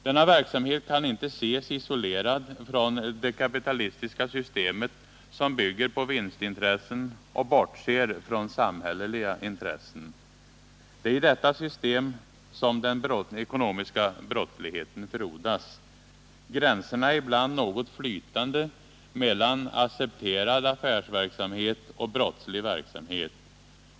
Denna verksamhet kan inte ses isolerad från det kapitalistiska systemet som bygger på vinstintressen och bortser från samhälleliga intressen. Det är i detta system som den ekonomiska brottsligheten frodas. Gränserna är ibland något flytande mellan accepterad affärsverksamhet och brottslig verksamhet.